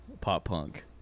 pop-punk